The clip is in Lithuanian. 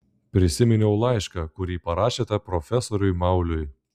prisiminiau laišką kurį parašėte profesoriui mauliui